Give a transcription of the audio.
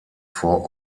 vor